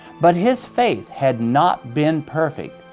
but his faith had not been perfect.